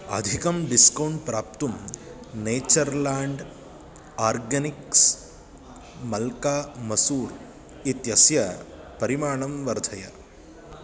अधिकं डिस्कौण्ट् प्राप्तुं Natureland Organics मल्का मसूर् इत्यस्य परिमाणं वर्धय